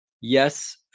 Yes